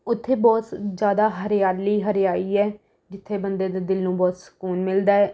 ਉੱਥੇ ਬਹੁਤ ਜ਼ਿਆਦਾ ਹਰਿਆਲੀ ਹਰਿਆਈ ਹੈ ਜਿੱਥੇ ਬੰਦੇ ਦੇ ਦਿਲ ਨੂੰ ਬਹੁਤ ਸਕੂਨ ਮਿਲਦਾ ਹੈ